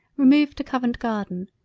removed to covent garden,